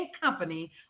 Company